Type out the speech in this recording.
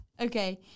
okay